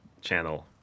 channel